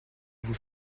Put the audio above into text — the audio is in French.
vous